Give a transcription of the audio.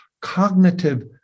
cognitive